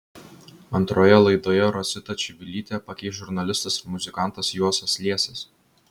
antroje laidoje rositą čivilytę pakeis žurnalistas ir muzikantas juozas liesis